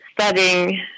studying